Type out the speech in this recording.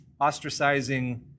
ostracizing